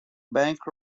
bank